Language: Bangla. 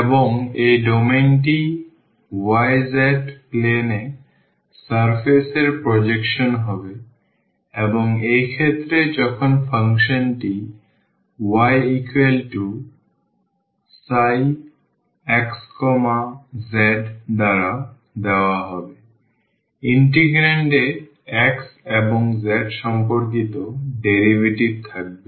এবং এই ডোমেন টি y z plane এ সারফেস এর প্রজেকশন হবে এবং এক্ষেত্রে যখন ফাংশনটি yψxz দ্বারা দেওয়া হবে ইন্টিগ্রান্ড এ x এবং z সম্পর্কিত ডেরিভেটিভ থাকবে